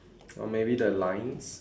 or maybe the lines